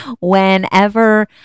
whenever